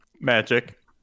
Magic